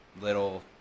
little